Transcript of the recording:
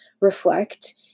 reflect